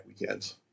weekends